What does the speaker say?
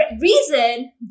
reason